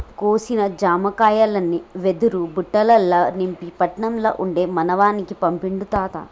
కోసిన జామకాయల్ని వెదురు బుట్టలల్ల నింపి పట్నం ల ఉండే మనవనికి పంపిండు తాత